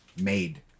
made